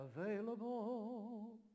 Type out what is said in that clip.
Available